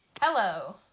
hello